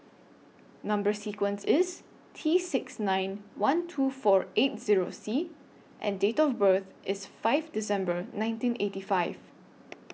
Number sequence IS T six nine one two four eight Zero C and Date of birth IS five December nineteen eighty five